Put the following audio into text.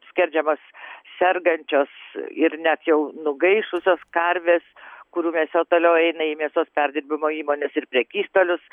skerdžiamos sergančios ir net jau nugaišusios karvės kurių mėsa toliau eina į mėsos perdirbimo įmones ir prekystalius